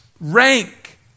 rank